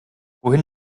wohin